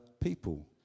people